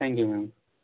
thank you ma'am